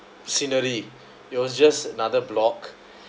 scenery it was just another block